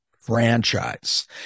Franchise